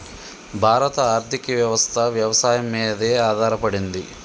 భారత ఆర్థికవ్యవస్ఠ వ్యవసాయం మీదే ఆధారపడింది